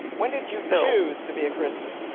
when did you lose to be a christian?